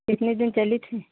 कितने दिन चली थी